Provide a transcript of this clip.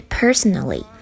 personally